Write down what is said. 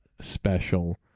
special